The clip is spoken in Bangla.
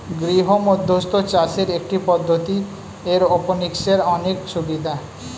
গৃহমধ্যস্থ চাষের একটি পদ্ধতি, এরওপনিক্সের অনেক সুবিধা